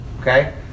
Okay